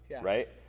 right